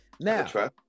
Now